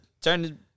Turn